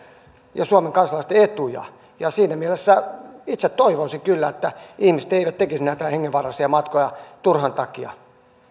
suomen kansalaisten etuja siinä mielessä itse toivoisin kyllä että ihmiset eivät tekisi näitä hengenvaarallisia matkoja turhan takia